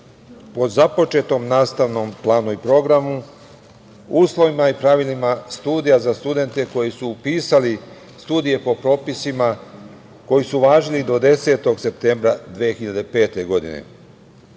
po započetom nastavnom planu i programu, o uslovima i pravilima studija za studente koji su upisivali studije po propisima koji su važili do 10. septembra 2005. godine. Sada